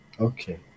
Okay